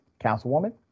Councilwoman